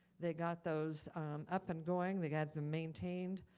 they got those up and going, they got them maintained.